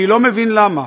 אני לא מבין למה,